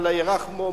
אללה ירחמו,